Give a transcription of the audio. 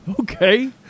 okay